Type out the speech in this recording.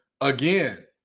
again